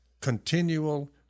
continual